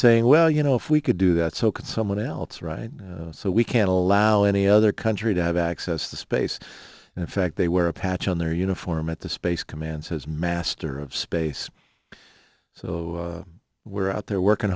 well you know if we could do that so can someone else right so we can allow any other country to have access to space and in fact they were a patch on their uniform at the space command's his master of space so we're out there working